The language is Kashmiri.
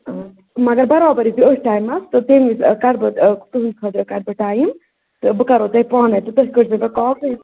مگر برابر ییٖزیو أتھۍ ٹایِمَس تٔمۍ وِزِ کَڑٕ بہٕ تُہٕنٛدِ خٲطرٕ کَڑٕ بہٕ ٹایِم تہٕ بہٕ کَرَو تۄہہِ پانَے تہٕ تُہۍ کٔرِزیو مےٚ کال تہٕ